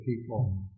people